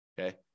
Okay